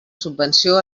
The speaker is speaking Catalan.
subvenció